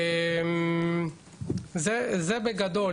זה בגדול.